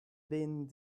behind